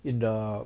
in the